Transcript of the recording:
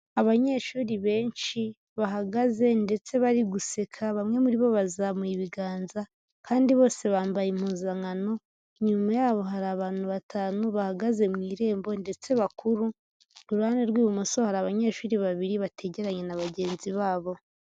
Abanyeshuri benshi bahagaze ndetse bari guseka bamwe muri bo bazamuye ibiganza kandi bose bambaye impuzankano inyuma yabo hari abantu batanu bahagaze mu irembo ndetse bakuru ku ruhande rw'ibumoso hari abanyeshuri babiri bategeranye na bagenzi babo.